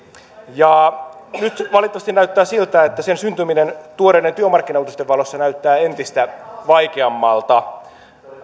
nyt valitettavasti näyttää siltä että sen syntyminen tuoreiden työmarkkinauutisten valossa näyttää entistä vaikeammalta